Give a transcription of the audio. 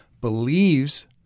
believes